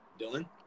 Dylan